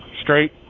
Straight